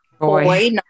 boy